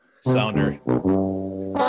sounder